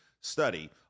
study